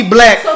Black